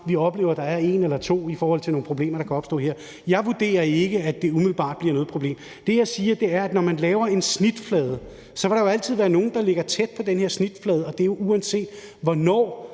vi oplever, at der er en eller to i forhold til de problemer, der kan opstå her. Jeg vurderer ikke, at det umiddelbart bliver noget problem. Det, jeg siger, er, at når man lægger et snit, vil der jo altid være nogle, der ligger tæt på den her snitflade, og det gælder, uanset hvornår